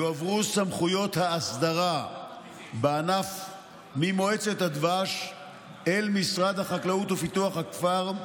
יועברו סמכויות ההסדרה בענף ממועצת הדבש אל משרד החקלאות ופיתוח הכפר.